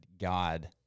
God